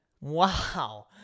Wow